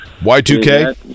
Y2K